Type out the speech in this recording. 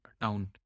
town